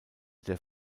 der